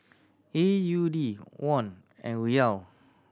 A U D Won and Riyal